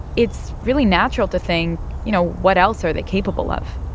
it's really natural to think, you know, what else are they capable of?